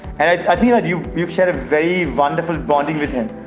and i think like you you share a very wonderful bonding with him.